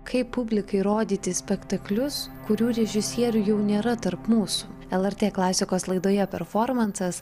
kaip publikai rodyti spektaklius kurių režisierių jau nėra tarp mūsų lrt klasikos laidoje performansas